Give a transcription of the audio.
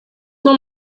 nur